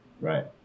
Right